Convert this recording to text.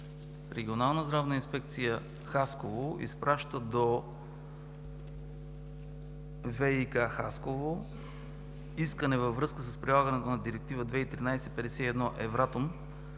Регионална здравна инспекция – Хасково изпраща до ВиК – Хасково искане във връзка с прилагането на Директива 2013-51 Евратом